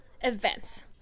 events